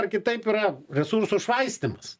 ar kitaip yra resursų švaistymas